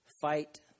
fight